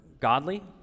godly